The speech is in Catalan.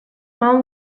mal